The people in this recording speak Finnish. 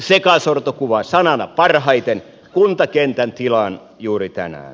sekasorto kuvaa sanana parhaiten kuntakentän tilaa juuri tänään